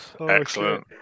excellent